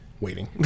Waiting